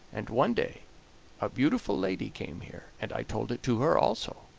and one day a beautiful lady came here, and i told it to her also.